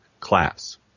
class